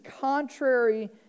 contrary